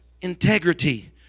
integrity